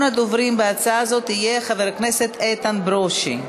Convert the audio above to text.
ראשון הדוברים בהצעה זו יהיה חבר הכנסת איתן ברושי.